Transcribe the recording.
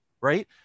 Right